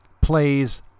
plays